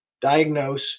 diagnose